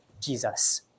Jesus